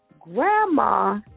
grandma